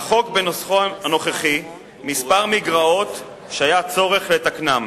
לחוק בנוסחו הנוכחי כמה מגרעות שהיה צורך לתקנן.